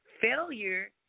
Failure